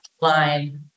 line